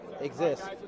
exists